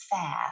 fair